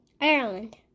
Ireland